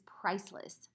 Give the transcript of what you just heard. priceless